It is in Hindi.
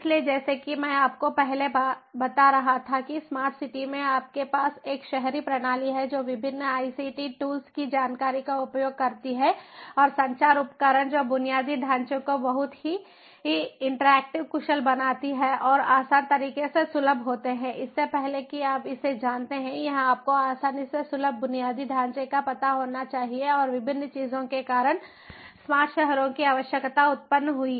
इसलिए जैसा कि मैं आपको पहले बता रहा था कि स्मार्ट सिटी में आपके पास एक शहरी प्रणाली है जो विभिन्न आईसीटी टूल्स की जानकारी का उपयोग करती है और संचार उपकरण जो बुनियादी ढांचे को बहुत ही इंटरैक्टिव कुशल बनाते हैं और आसान तरीके से सुलभ होते हैं इससे पहले कि आप इसे जानते हैं यह आपको आसानी से सुलभ बुनियादी ढांचे का पता होना चाहिए और विभिन्न चीजों के कारण स्मार्ट शहरों की आवश्यकता उत्पन्न हुई